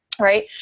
right